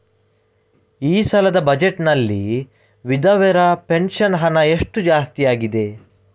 ಈ ಸಲದ ಬಜೆಟ್ ನಲ್ಲಿ ವಿಧವೆರ ಪೆನ್ಷನ್ ಹಣ ಎಷ್ಟು ಜಾಸ್ತಿ ಆಗಿದೆ?